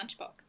lunchbox